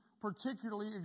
particularly